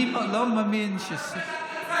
זה, אני לא מאמין, אתה רוצה,